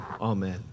Amen